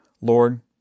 Lord